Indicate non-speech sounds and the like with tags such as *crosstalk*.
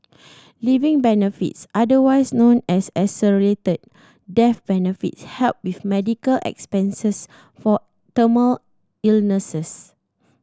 living benefits otherwise known as accelerated death benefits help with medical expenses for *unintelligible* illnesses